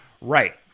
right